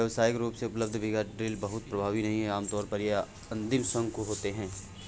व्यावसायिक रूप से उपलब्ध बीज ड्रिल बहुत प्रभावी नहीं हैं आमतौर पर ये आदिम शंकु होते हैं